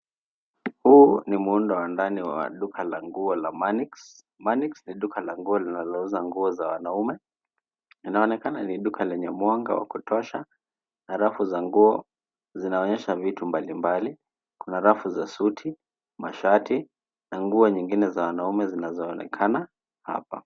Huu ni muundo wa ndani wa duka la nguo la Manix . Manix ni duka la nguo linalouza nguo za wanaume. Inaonekana ni duka lenye mwanga wa kutosha na rafu za nguo zinaonyesha vitu mbali mbali. Kuna rafu za suti, mashati na nguo nyingine za wanaume zinazoonekana hapa.